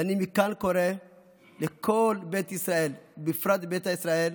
ואני מכאן קורא לכל בית ישראל, בפרט ביתא ישראל,